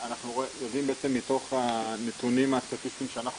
אנחנו יודעים מתוך הנתונים הסטטיסטיים שאנחנו